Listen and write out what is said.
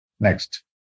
Next